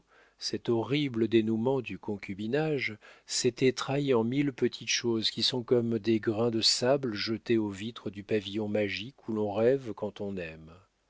cet horrible dénoûment du concubinage s'était trahie en mille petites choses qui sont comme des grains de sable jetés aux vitres du pavillon magique où l'on rêve quand on aime